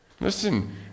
Listen